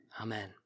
Amen